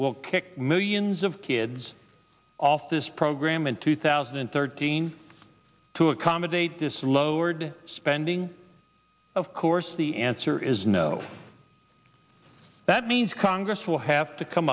kick millions of kids off this program in two thousand and thirteen to accommodate this lowered spending of course the answer is no that means congress will have to come